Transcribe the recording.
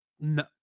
no